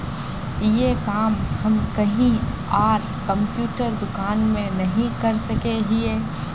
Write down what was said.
ये काम हम कहीं आर कंप्यूटर दुकान में नहीं कर सके हीये?